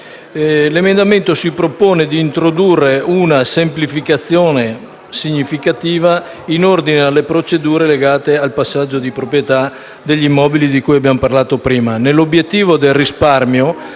l'emendamento 6.7, che propone di introdurre una semplificazione significativa in ordine alle procedure legate al passaggio di proprietà degli immobili di cui abbiamo parlato in